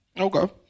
Okay